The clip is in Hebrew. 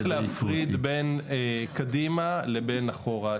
כי בתשובה צריך להפריד בין קדימה לבין אחורה.